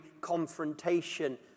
confrontation